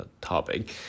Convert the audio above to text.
topic